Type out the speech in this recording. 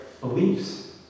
beliefs